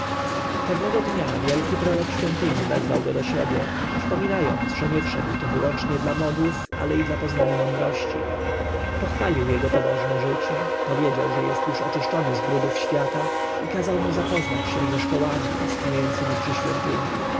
pewnego dnia wielki prorok świątyni wezwał go do siebie przypominając że nie wszedł tu wyłącznie dla modłów ale i dla poznania mądrości pochwalił jego pobożne życie powiedział że jest już oczyszczony z brudów świata i kazał mu zapoznać się ze szkołami istniejącemi przy świątyni